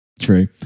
True